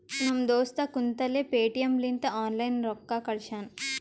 ನಮ್ ದೋಸ್ತ ಕುಂತಲ್ಲೇ ಪೇಟಿಎಂ ಲಿಂತ ಆನ್ಲೈನ್ ರೊಕ್ಕಾ ಕಳ್ಶ್ಯಾನ